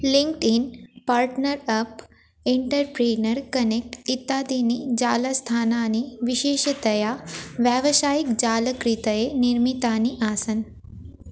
linked in partner up entrepreneur connect इत्तादीनि जालस्थानानि विशेषतया व्यावसायिक जालकृतये निर्मितानि आसन्